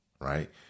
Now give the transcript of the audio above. right